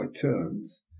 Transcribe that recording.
turns